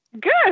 Good